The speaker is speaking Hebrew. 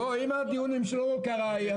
אם זה דיון עם שלמה קרעי,